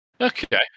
Okay